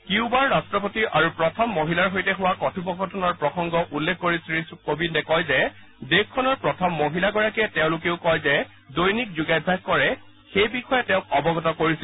কিউবাৰ ৰট্টপতি আৰু প্ৰথম মহিলাৰ সৈতে হোৱা কথোপকথনৰ প্ৰসংগ উল্লেখ কৰি শ্ৰীকোবিন্দে কয় যে দেশখনৰ প্ৰথম মহিলাগৰাকীয়ে তেওঁলোকেও যে দৈনিক যোগাভ্যাস কৰে সেই বিষয়ে তেওঁক অৱগত কৰিছিল